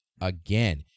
again